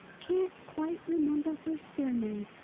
can't quite remember her surname?